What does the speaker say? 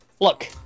Look